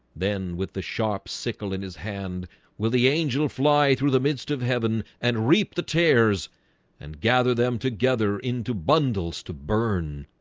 then with the sharp sickle in his hand will the angel fly through the midst of heaven and reap the tares and gather them together into bundles to burn